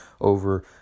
over